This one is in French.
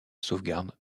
sauvegarde